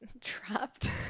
trapped